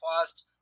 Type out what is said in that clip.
fast